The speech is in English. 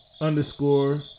Underscore